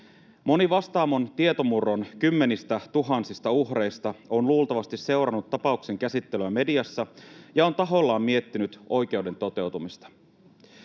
Moni Vastaamon tietomurron kymmenistätuhansista uhreista on luultavasti seurannut tapauksen käsittelyä mediassa ja on tahollaan miettinyt oikeuden toteutumista.